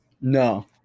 No